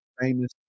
famous